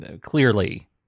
clearly